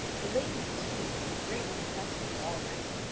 the lady, too, is in great perplexity all night,